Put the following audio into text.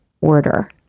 order